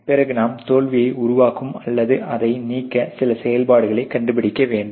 பிறகு நாம் தோல்வியை உருவாக்கும் அல்லது அதை நீக்க சில செயல்பாடுகளை கண்டுபிடிக்க வேண்டும்